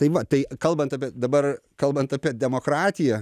tai va tai kalbant apie dabar kalbant apie demokratiją